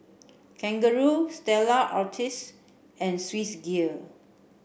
Kangaroo Stella Artois and Swissgear